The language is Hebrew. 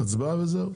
הצבעה וזהו.